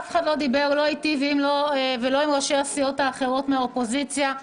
אף אחד לא דיבר איתי ולא דיבר עם ראשי הסיעות האחרות מהאופוזיציה.